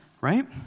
Right